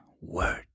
word